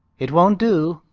it won't do,